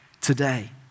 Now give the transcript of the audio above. today